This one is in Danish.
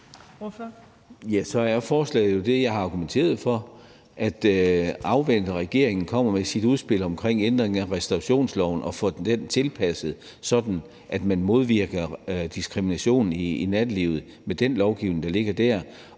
forslaget jo det, jeg har argumenteret for, altså at afvente, at regeringen kommer med sit udspil om ændring af restaurationsloven og får den tilpasset, sådan at man modvirker diskrimination i nattelivet med den lovgivning, der ligger der,